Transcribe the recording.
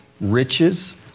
riches